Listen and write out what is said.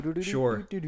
Sure